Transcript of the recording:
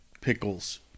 pickles